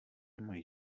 mají